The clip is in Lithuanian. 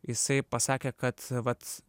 jisai pasakė kad vat